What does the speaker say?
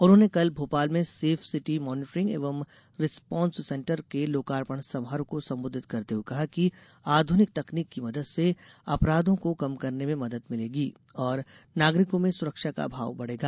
उन्होंने कल भोपाल में सेफ सिटी मॉनीटरिंग एवं रिस्पॉस सेन्टर के लोकार्पण समारोह को संबोधित करते हुए कहा कि आध्रनिक तकनीक की मदद से अपराधों को कम करने में मदद भिलेगी और नागरिकों में सुरक्षा का भाव बढ़ेगा